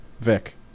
Vic